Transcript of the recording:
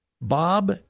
Bob